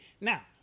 Now